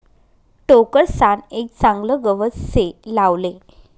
टोकरसान एक चागलं गवत से लावले